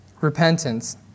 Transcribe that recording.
repentance